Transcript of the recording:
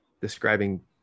describing